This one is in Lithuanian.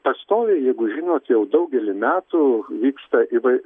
pastoviai jeigu žinot jau daugelį metų vyksta įvai